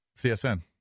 CSN